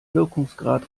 wirkungsgrad